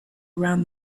around